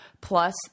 plus